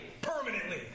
Permanently